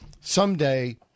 someday